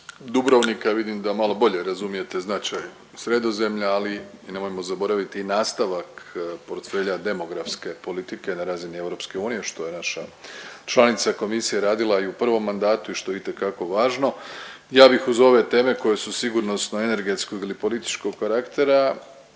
Dubrovnika, vidim da malo bolje razumijete značaj Sredozemlja, ali i nemojmo zaboraviti i nastavak portfelja demografske politike na razini EU, što je naša članica Komisije radila i u prvom mandatu, što je itekako važno. Ja bih uz ove teme koje su sigurnosnog, energetskog ili političkog karaktera,